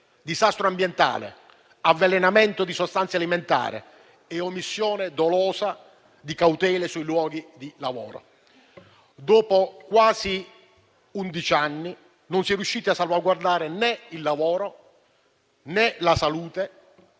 disastro ambientale, avvelenamento di sostanze alimentari e omissione dolosa di cautele sui luoghi di lavoro. Dopo quasi undici anni non si è riusciti a salvaguardare né il lavoro, né la salute,